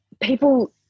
people